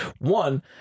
One